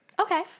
Okay